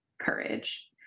courage